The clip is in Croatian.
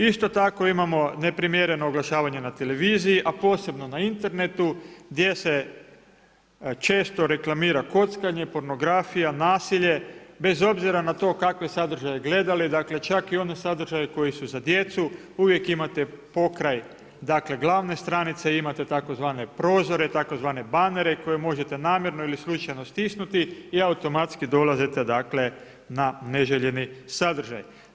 Isto tako imamo neprimjereno oglašavanje na televiziji a posebno na internetu, gdje se često reklamira kockanje, pornografija, nasilje bez obzira na to kakve sadržaje gledali, dakle čak i oni sadržaju koji su za djecu, uvijek imate pokraj glavne stranice, imate tzv. prozore, tzv. bannere koje možete namjerno ili slučajno stisnuti i automatski dolazite na neželjeni sadržaj.